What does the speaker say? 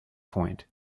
point